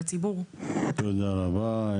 תודה רבה.